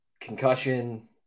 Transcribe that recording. concussion